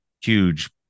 huge